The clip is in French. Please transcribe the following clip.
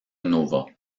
nova